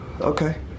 Okay